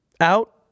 Out